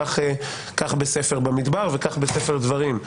כך בספר במדבר וכך בספר דברים.